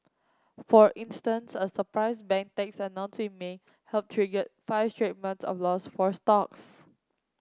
for instance a surprise bank tax announced in May helped trigger five straight months of loss for stocks